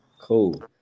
Cool